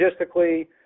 logistically